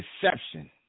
deception